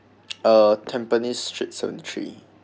uh tampines street seven three